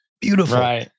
beautiful